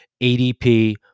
ADP